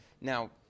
Now